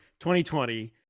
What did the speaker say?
2020